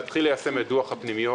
להתחיל ליישם את דוח הפנימיות.